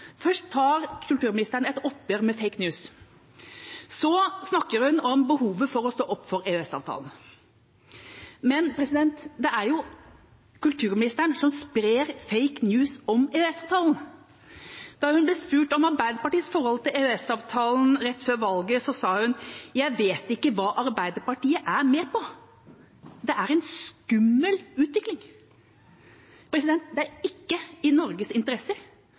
Først tar kulturministeren et oppgjør med «fake news», så snakker hun om behovet for å stå opp for EØS-avtalen. Men det er jo kulturministeren som sprer «fake news» om EØS-avtalen. Da hun ble spurt om Arbeiderpartiets forhold til EØS-avtalen rett før valget, sa hun: Jeg vet ikke hva Arbeiderpartiet er med på, det er en skummel utvikling. Det er ikke i Norges